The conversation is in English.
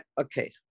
okay